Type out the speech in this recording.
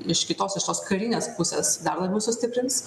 iš kitos iš tos karinės pusės dar labiau sustiprins